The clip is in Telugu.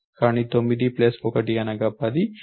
కానీ 9 ప్లస్ 1 అనగా 10